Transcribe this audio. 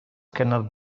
cannot